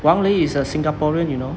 王雷 is a singaporean you know